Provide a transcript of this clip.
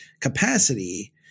capacity